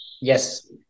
Yes